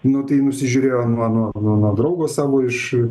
nu tai nusižiūrėjo nuo nuo nuo nuo draugo savo iš